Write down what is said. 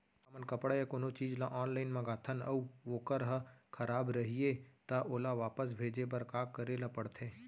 हमन कपड़ा या कोनो चीज ल ऑनलाइन मँगाथन अऊ वोकर ह खराब रहिये ता ओला वापस भेजे बर का करे ल पढ़थे?